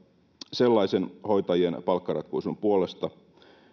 sellaisen hoitajien palkkaratkaisun puolesta